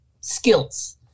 skills